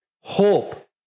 hope